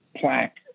plaque